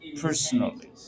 personally